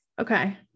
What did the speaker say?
Okay